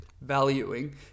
valuing